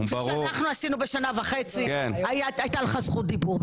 שאנחנו עשינו בשנה וחצי הייתה לך זכות דיבור,